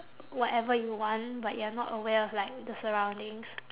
whatever you want but you are not aware of like the surroundings